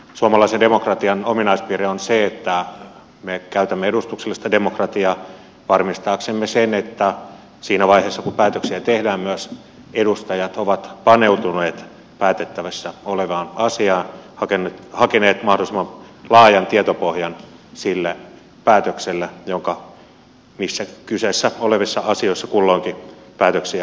suomalaisen demokratian ominaispiirre on se että me käytämme edustuksellista demokratiaa varmistaaksemme sen että siinä vaiheessa kun päätöksiä tehdään myös edustajat ovat paneutuneet päätettävissä olevaan asiaan hakeneet mahdollisimman laajan tietopohjan sille päätökselle joka kulloinkin kyseessä olevassa asiassa täytyy tehdä